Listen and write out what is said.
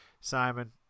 Simon